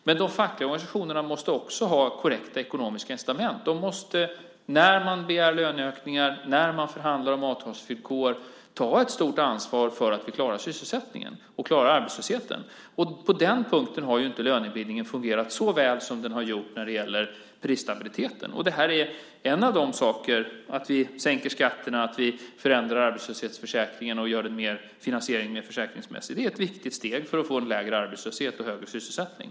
Men de fackliga organisationerna måste också ha korrekta ekonomiska incitament. När man begär löneökningar och när man förhandlar om avtalsvillkor måste ett stort ansvar tas så att vi klarar sysselsättningen och arbetslösheten. På den punkten har lönebildningen inte fungerat så väl som den har gjort när det gäller prisstabiliteten. Att vi sänker skatterna, förändrar arbetslöshetsförsäkringen och gör finansieringen mer försäkringsmässig är ett viktigt steg för att få en lägre arbetslöshet och en högre sysselsättning.